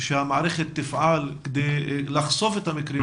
ושהמערכת תפעל כדי לחשוף את המקרים האלה.